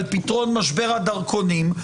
על פתרון משבר הדרכונים,